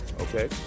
Okay